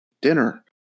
dinner